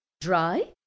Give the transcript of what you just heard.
dry